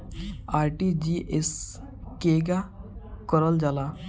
RTGS केगा करलऽ जाला?